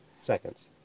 seconds